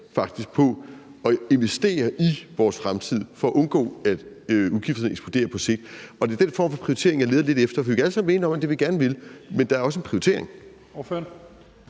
på at investere i vores fremtid for at undgå, at udgifterne eksploderer på sigt. Det er den form for prioritering, jeg leder lidt efter, for vi kan alle sammen have tanker om, hvad vi gerne vil gøre, men der skal også foretages en prioritering.